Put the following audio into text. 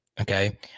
Okay